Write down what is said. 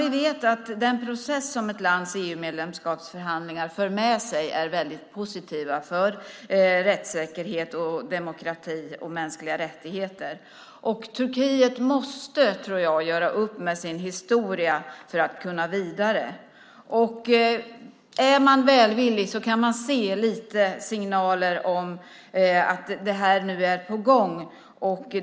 Vi vet att den process som ett lands EU-medlemskapsförhandlingar för med sig är positiv för rättssäkerhet, demokrati och mänskliga rättigheter. Turkiet måste göra upp med sin historia för att kunna komma vidare. Är man välvillig kan man se lite signaler om att detta är på gång.